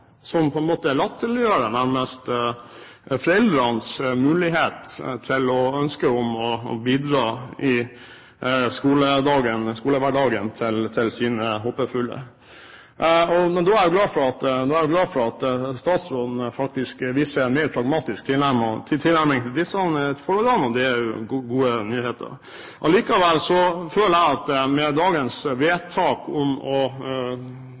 som nærmest latterliggjør foreldrenes ønske om å bidra i skolehverdagen til sine håpefulle. Da er jeg glad for at statsråden faktisk viser en mer pragmatisk tilnærming til disse forholdene – det er gode nyheter. Likevel føler jeg at man med dagens vedtak om å